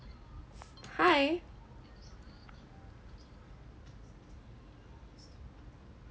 hi